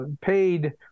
paid